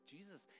Jesus